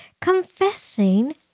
confessing